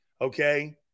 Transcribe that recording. okay